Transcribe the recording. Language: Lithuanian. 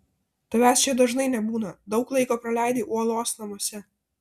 tavęs čia dažnai nebūna daug laiko praleidi uolos namuose